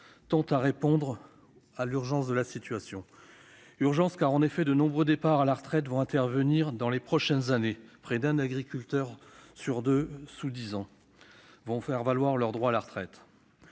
tend à répondre à l'urgence de la situation. Urgence, en effet, car de nombreux départs en retraite vont intervenir dans les prochaines années : près d'un agriculteur sur deux fera valoir ses droits à la retraite